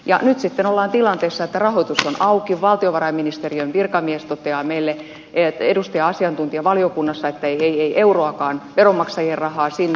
ja nyt sitten ollaan tilanteessa että rahoitus on auki valtiovarainministeriön virkamies asiantuntija valiokunnassa toteaa meille että ei euroakaan veronmaksajien rahaa sinne